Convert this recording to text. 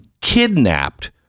kidnapped